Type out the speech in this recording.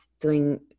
feeling